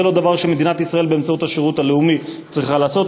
זה לא דבר שמדינת ישראל באמצעות השירות הלאומי צריכה לעשות.